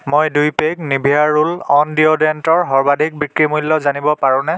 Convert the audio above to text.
মই দুই pack Nivea roll on ডিঅ'ড্ৰেণ্টৰ সৰ্বাধিক বিক্ৰী মূল্য জানিব পাৰোনে